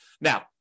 Now